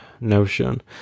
notion